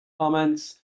comments